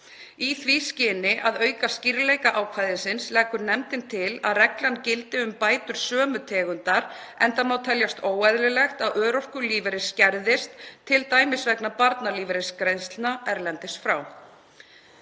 Í því skyni að auka skýrleika ákvæðisins leggur nefndin til að reglan gildi um bætur sömu tegundar enda má teljast óeðlilegt að örorkulífeyrir skerðist t.d. vegna barnalífeyrisgreiðslna erlendis frá.